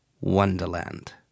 wonderland